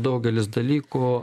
daugelis dalykų